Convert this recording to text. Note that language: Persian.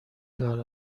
دار